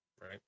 Right